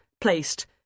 placed